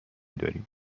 داریم